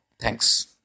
Thanks